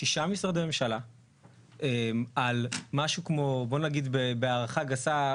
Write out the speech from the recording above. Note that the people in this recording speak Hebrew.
שישה משרד ממשלה על משהו כמו בוא נגיד בהערכה גסה,